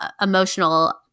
emotional